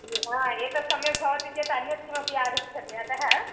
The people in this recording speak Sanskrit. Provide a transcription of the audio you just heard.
एतत् सम्यक् भवति चेत् अन्यत् किमपि आगच्छति अतः